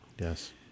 Yes